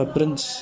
Prince